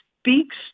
speaks